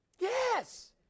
Yes